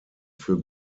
für